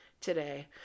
today